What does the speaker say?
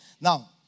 Now